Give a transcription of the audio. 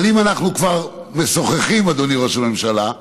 אבל אם אנחנו כבר משוחחים, אדוני ראש הממשלה,